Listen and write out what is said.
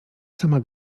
sama